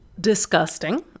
Disgusting